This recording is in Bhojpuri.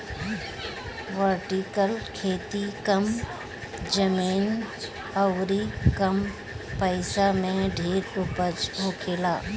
वर्टिकल खेती कम जमीन अउरी कम पइसा में ढेर उपज होखेला